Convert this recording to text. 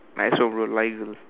I also bro eagle